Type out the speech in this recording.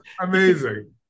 Amazing